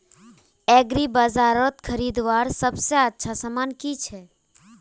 एग्रीबाजारोत खरीदवार सबसे अच्छा सामान की छे?